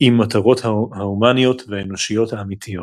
עם מטרות ההומניות והאנושיות האמתיות.